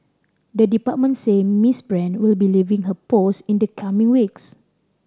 the department said Miss Brand will be leaving her post in the coming weeks